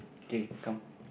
okay come